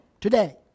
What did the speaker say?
today